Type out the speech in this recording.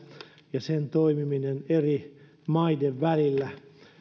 ja sen toimiminen eri maiden välillä